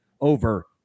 over